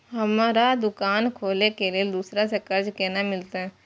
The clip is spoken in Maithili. हमरा दुकान खोले के लेल दूसरा से कर्जा केना मिलते?